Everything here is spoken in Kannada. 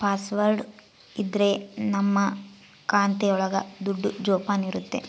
ಪಾಸ್ವರ್ಡ್ ಇದ್ರೆ ನಮ್ ಖಾತೆ ಒಳಗ ದುಡ್ಡು ಜೋಪಾನ ಇರುತ್ತೆ